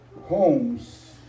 homes